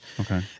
Okay